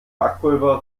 backpulver